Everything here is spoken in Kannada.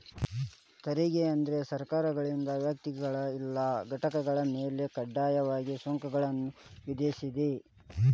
ತೆರಿಗೆ ಅಂದ್ರ ಸರ್ಕಾರಗಳಿಂದ ವ್ಯಕ್ತಿಗಳ ಇಲ್ಲಾ ಘಟಕಗಳ ಮ್ಯಾಲೆ ಕಡ್ಡಾಯವಾಗಿ ಸುಂಕಗಳನ್ನ ವಿಧಿಸೋದ್